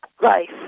life